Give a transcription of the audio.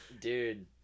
Dude